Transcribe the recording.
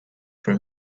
for